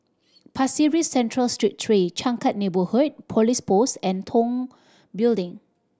Pasir Ris Central Street three Changkat Neighbourhood Police Post and Tong Building